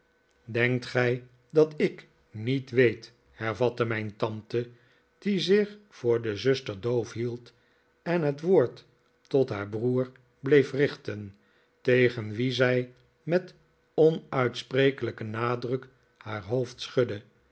denkt gij dat ik niet weet hervatte mijn tante die zich voor de zuster doof hield en het wpord tot haar broer bleef richten tegen wien zij met onuitsprekelijken nadruk haar hoofd schudde